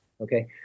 okay